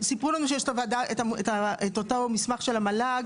סיפרו לנו שיש אותו מסמך של המל"ג,